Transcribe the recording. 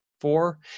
four